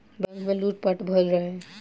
bank में लूट पाट भईल रहे